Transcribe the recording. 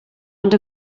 ond